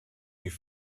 die